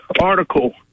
article